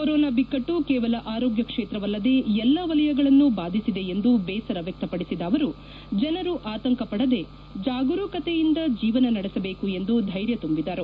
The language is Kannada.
ಕೊರೊನಾ ಬಿಕ್ಕಟ್ಟು ಕೇವಲ ಆರೋಗ್ಯ ಕ್ಷೇತ್ರವಲ್ಲದೇ ಎಲ್ಲ ವಲಯಗಳನ್ನೂ ಬಾಧಿಸಿದೆ ಎಂದು ಬೇಸರ ವ್ಯಕ್ತಪಡಿಸಿದ ಅವರು ಜನರು ಆತಂಕ ಪಡೆದೇ ಜಾಗರೂಕತೆಯಿಂದ ಜೀವನ ನಡೆಸಬೇಕು ಎಂದು ಧೈರ್ಯ ತುಂಬಿದರು